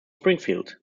springfield